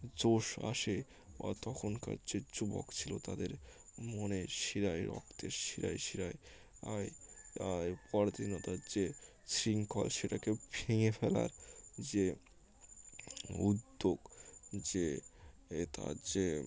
জোশ আসে বা তখনকার যে যুবক ছিল তাদের মনের শিরায় রক্তের শিরায় শিরায় আয় আয় পরাধীনতার তার যে শৃঙ্খল সেটাকে ভেঙে ফেলার যে উদ্যোগ যে এ তার যে